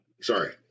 sorry